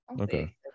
Okay